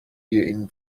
این